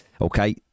Okay